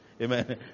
Amen